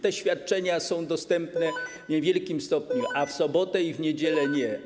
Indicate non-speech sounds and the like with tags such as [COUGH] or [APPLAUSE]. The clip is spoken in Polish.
Te świadczenia są dostępne [NOISE] w niewielkim stopniu, a w sobotę i w niedzielę nie.